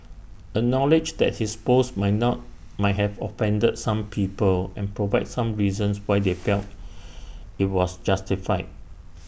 acknowledge that his post might not might have offended some people and provide some reasons why they felt IT was justified